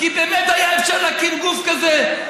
כי באמת היה אפשר להקים גוף כזה,